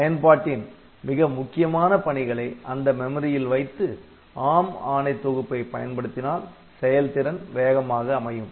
பயன்பாட்டின் மிக முக்கியமான பணிகளை அந்த மெமரியில் வைத்து ARM ஆணை தொகுப்பை பயன்படுத்தினால் செயல்திறன் வேகமாக அமையும்